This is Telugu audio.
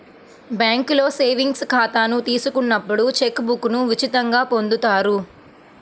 బ్యేంకులో సేవింగ్స్ ఖాతాను తీసుకున్నప్పుడు చెక్ బుక్ను ఉచితంగా పొందుతారు